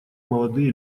молодые